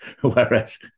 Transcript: whereas